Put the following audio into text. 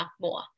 more